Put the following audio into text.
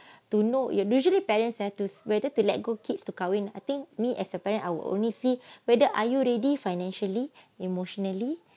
to know you usually parents ah whether to let go kids to kahwin I think me as a parent I will only see whether are you ready financially emotionally